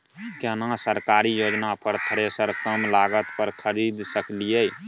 केना सरकारी योजना पर थ्रेसर कम लागत पर खरीद सकलिए?